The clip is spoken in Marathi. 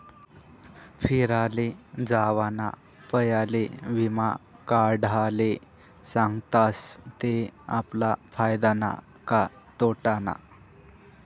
फिराले जावाना पयले वीमा काढाले सांगतस ते आपला फायदानं का तोटानं